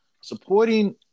Supporting